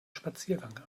spaziergang